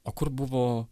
o kur buvo